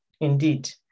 indeed